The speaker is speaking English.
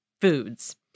foods